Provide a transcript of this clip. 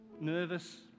nervous